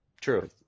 True